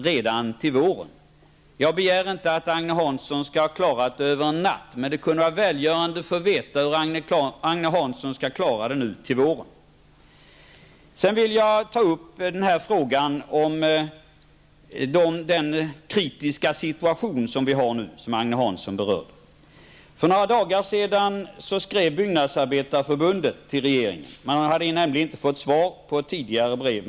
redan till våren. Jag begär inte att Agne Hansson skall klara detta över en natt, men det skulle vara välgörande att få veta hur Agne Hansson skall klara det till våren. Sedan vill jag ta upp frågan om den kritiska situation som nu råder och som Agne Hansson också berörde. För några dagar sedan skrev Byggnadsarbetareförbundet till regeringen. Man hade nämligen inte fått svar på tidigare brev.